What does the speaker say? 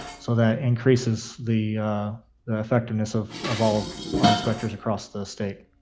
so, that increases the the effectiveness of of all of our inspectors across the state.